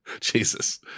Jesus